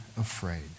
afraid